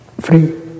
free